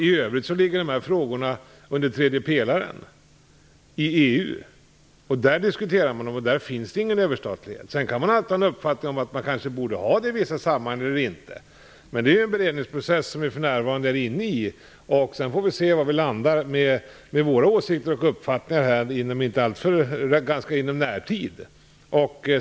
I övrigt ligger dessa frågor under tredje pelaren i EU. Där finns det ingen överstatlighet. Kanske man har uppfattningen att det borde finnas mera överstatlighet på det området, men det är en beredningeprocess vi för närvarande är inne i. Vi får väl se var vi landar med våra åsikter och uppfattningar inom inte alltför lång framtid.